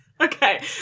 Okay